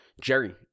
Jerry